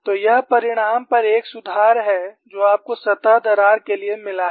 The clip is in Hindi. तो यह परिणाम पर एक सुधार है जो आपको सतह दरार के लिए मिला है